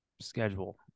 schedule